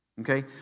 okay